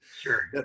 Sure